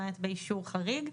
למעט באישור חריג.